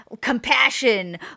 Compassion